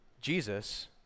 Jesus